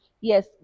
Yes